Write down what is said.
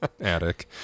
attic